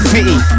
City